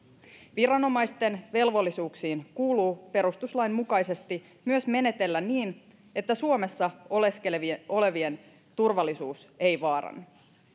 viranomaisten velvollisuuksiin kuuluu perustuslain mukaisesti myös menetellä niin että suomessa olevien turvallisuus ei vaarannu